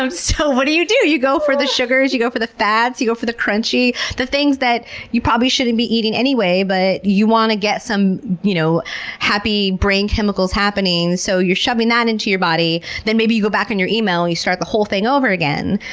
um so what do you do? you go for the sugars, you go for the fats, you go for the crunchy, the things that you probably shouldn't be eating any way, but you want to get some you know happy brain chemicals happening, so you're shoving that into your body. then maybe you go back on your email and you start the whole thing over again,